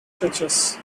churches